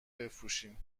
بفروشین